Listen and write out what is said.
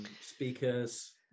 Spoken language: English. speakers